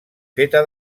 feta